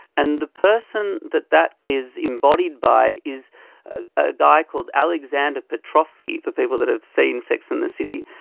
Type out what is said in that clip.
and the person that that is embodied by is a guy called aleksandr petrovsky, for people that have seen sex and the city,